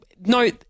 no –